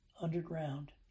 underground